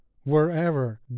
wherever